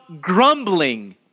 grumbling